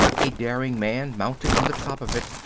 a daring man mounted on the top of it,